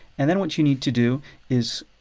and then what you need to do is